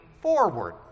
forward